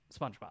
SpongeBob